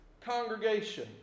congregation